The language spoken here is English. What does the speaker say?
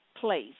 place